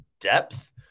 depth